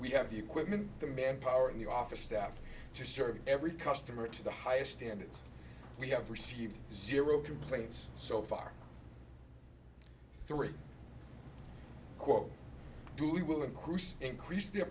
we have the equipment the manpower and the office staff to serve every customer to the highest standards we have received zero complaints so far three quote do we will of course increase their